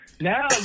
Now